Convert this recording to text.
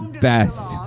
best